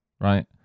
right